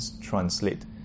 translate